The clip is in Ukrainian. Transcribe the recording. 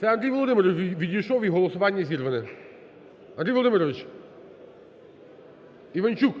Це Андрій Володимирович відійшов і голосування зірване. Андрій Володимирович! Іванчук!